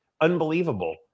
unbelievable